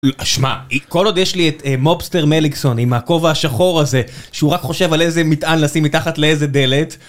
שמע, כל עוד יש לי את מובסטר מליגסון עם הכובע השחור הזה שהוא רק חושב על איזה מטען לשים מתחת לאיזה דלת